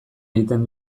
egiten